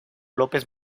lópez